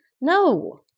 No